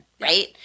right